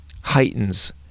heightens